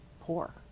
poor